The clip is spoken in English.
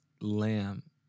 lamb